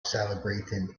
celebrating